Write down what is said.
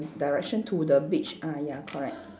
direction to the beach ah ya correct